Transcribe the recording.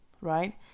right